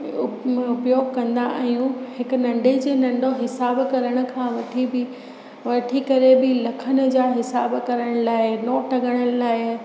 उपयोगु कंदा आहियूं हिकु नंढे जे नंढो हिसाबु करण खां वठी बि वठी करे बि लखनि जा हिसाबु करण लाइ नोट ॻणण लाइ